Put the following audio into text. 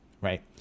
right